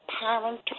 parent